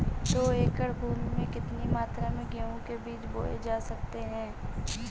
दो एकड़ भूमि में कितनी मात्रा में गेहूँ के बीज बोये जा सकते हैं?